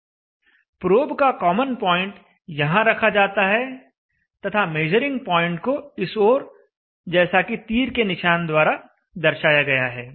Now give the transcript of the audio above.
probe का common point यहां रखा जाता है तथा मेजरिंग पॉइंट को इस ओर जैसा कि तीर के निशान द्वारा दर्शाया गया है